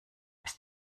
bis